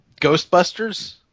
Ghostbusters